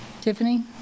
Tiffany